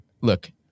look